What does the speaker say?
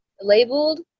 labeled